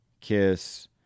kiss